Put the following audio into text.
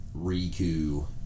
Riku